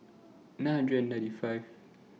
nine hundred and ninety five